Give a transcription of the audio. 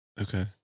okay